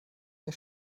mir